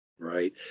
Right